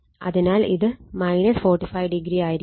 അതിനാൽ ഇത് 45° ആയിരിക്കും